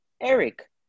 Eric